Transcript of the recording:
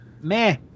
Meh